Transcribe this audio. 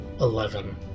Eleven